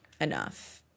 enough